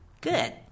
Good